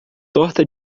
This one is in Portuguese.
torta